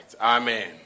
Amen